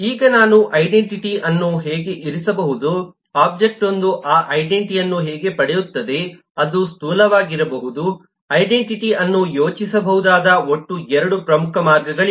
ಈಗ ನಾನು ಐಡೆಂಟಿಟಿ ಅನ್ನು ಹೇಗೆ ಇರಿಸಬಹುದು ಒಬ್ಜೆಕ್ಟ್ವೊಂದು ಆ ಐಡೆಂಟಿಟಿ ಅನ್ನು ಹೇಗೆ ಪಡೆಯುತ್ತದೆ ಅದು ಸ್ಥೂಲವಾಗಿರಬಹುದು ಐಡೆಂಟಿಟಿ ಅನ್ನು ಯೋಚಿಸಬಹುದಾದ ಒಟ್ಟು 2 ಪ್ರಮುಖ ಮಾರ್ಗಗಳಿವೆ